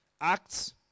Acts